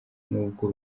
nubwo